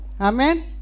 Amen